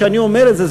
כשאני אומר את זה,